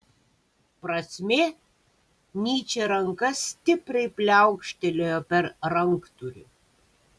prasmė nyčė ranka stipriai pliaukštelėjo per ranktūrį